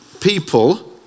people